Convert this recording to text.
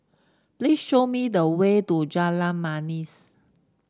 please show me the way to Jalan Manis